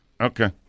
Okay